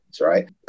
right